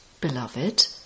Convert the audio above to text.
beloved